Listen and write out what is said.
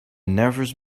nervous